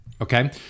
Okay